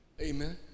Amen